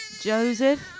Joseph